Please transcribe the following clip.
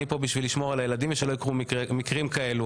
אני פה בשביל לשמור על הילדים כדי שלא יקרו מקרים כאלה.